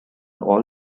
all